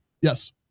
Yes